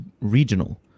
regional